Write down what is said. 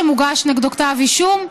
כשמוגש נגדו כתב אישום,